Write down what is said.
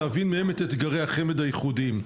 להבין מהם את אתגרי החמ"ד הייחודיים.